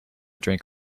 drink